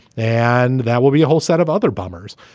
and that will be a whole set of other bombers.